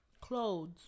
clothes